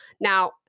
Now